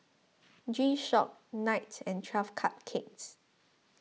G Shock Knight and twelve Cupcakes